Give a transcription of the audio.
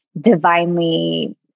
divinely